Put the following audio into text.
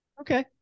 okay